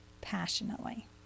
passionately